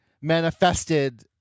manifested